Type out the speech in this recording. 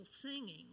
singing